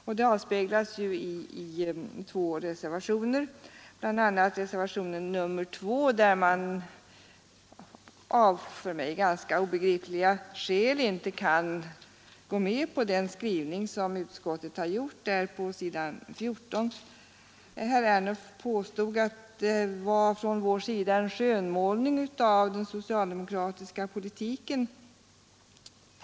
Dessa avspeglas i två reservationer, bl.a. reservationen 2 i vilken man av för mig ganska obegripliga skäl inte kan gå med på utskottets skrivning på s. 14. Herr Ernulf påstod att det från vår sida var en skönmålning av den socialdemokratiska politiken.